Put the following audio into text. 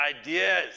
ideas